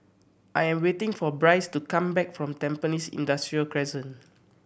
I am waiting for Bryce to come back from Tampines Industrial Crescent